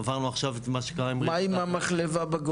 עברנו עכשיו את מה שקרה עם רעידת האדמה --- מה עם המחלבה בגולן?